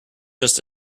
just